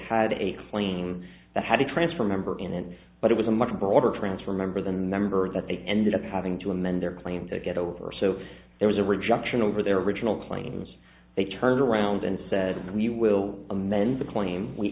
had a claim that had a transfer member in it but it was a much broader transfer remember the number that they ended up having to amend their claim to get over so there was a rejection over their original claims they turned around and said we will amend the claim we